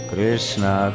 Krishna